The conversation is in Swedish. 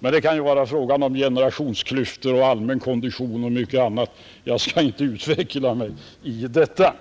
men det kan ju vara en fråga om generationsklyftor, allmän kondition och mycket annat. Jag skall inte närmare utveckla detta.